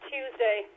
Tuesday